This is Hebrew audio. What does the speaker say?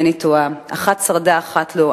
ואחת שרדה ואחת לא.